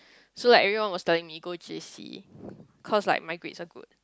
so like everyone was telling me go J_C cause like my grades are good